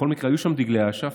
בכל מקרה היו שם דגלי אש"ף,